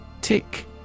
Tick